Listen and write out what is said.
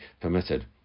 permitted